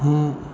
हम